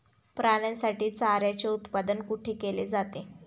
प्राण्यांसाठी चाऱ्याचे उत्पादन कुठे केले जाते?